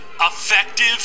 effective